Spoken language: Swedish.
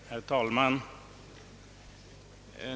Herr talman!